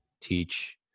teach